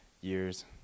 years